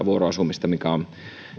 vuoroasumista mikä on